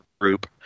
group